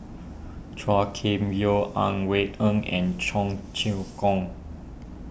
Chua Kim Yeow Ang Wei Neng and Cheong Choong Kong